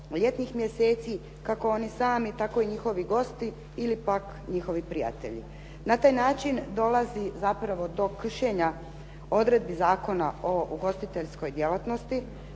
ljetnih mjeseci kako oni sami tako i njihovi gosti ili pak njihovi prijatelji. Na taj način dolazi zapravo do kršenja odredbi Zakona o ugostiteljskoj djelatnosti